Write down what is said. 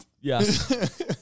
Yes